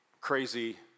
crazy